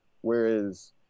whereas